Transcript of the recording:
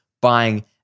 buying